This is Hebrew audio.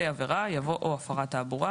(ב)אחרי "עבירה" יבוא "או הפרת תעבורה",